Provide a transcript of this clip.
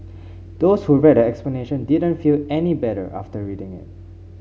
those who read her explanation didn't feel any better after reading it